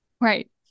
right